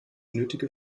nötige